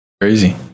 crazy